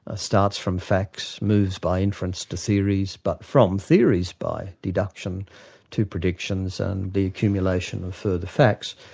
ah starts from facts, moves by inference to theories, but from theories by deduction to predictions and the accumulation of further facts.